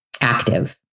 Active